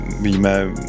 víme